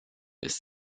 ist